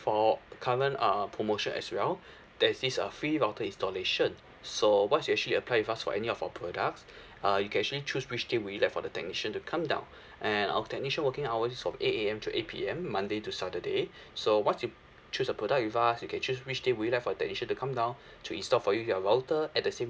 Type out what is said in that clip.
for current uh promotion as well there is this uh free router installation so once you actually apply with us for any of our products uh you can actually choose which day will you let for the technician to come down and our technician working hours is from eight A_M to eight P_M monday to saturday so once you choose a product with us you can choose which day will you let for a technician to come down to install for you your router at the same